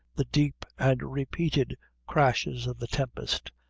the deep and repeated crashes of the tempest,